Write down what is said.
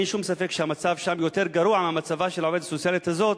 אין לי שום ספק שהמצב שם יותר גרוע ממצבה של העובדת הסוציאלית הזאת,